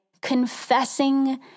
confessing